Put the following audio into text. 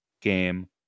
game